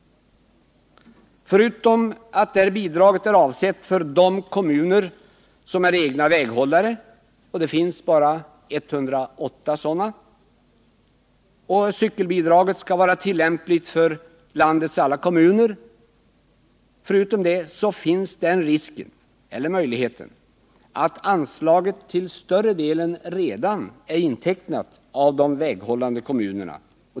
Förutom att detta bidrag är avsett för de kommuner som är egna väghållare — och det finns 108 sådana — medan cykelbidraget skall vara tillämpligt för landets alla kommuner, finns den risken eller möjligheten att anslaget till större delen redan är intecknat av de väghållande kommunerna.